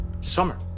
Summer